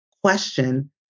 question